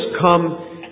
come